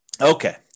Okay